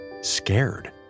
scared